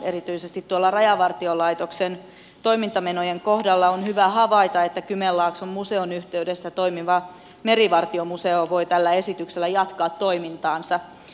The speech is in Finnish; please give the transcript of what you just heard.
erityisesti tuolla rajavartiolaitoksen toimintamenojen kohdalla on hyvä havaita että kymenlaakson museon yhteydessä toimiva merivartiomuseo voi tällä esityksellä jatkaa toimintaansa